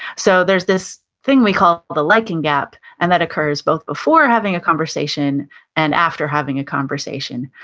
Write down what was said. so, there's this thing we call the liking gap and that occurs both before having a conversation and after having a conversation.